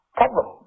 problem